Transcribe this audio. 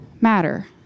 matter